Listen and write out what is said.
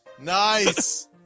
Nice